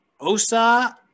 Osa